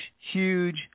huge